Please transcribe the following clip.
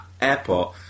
airport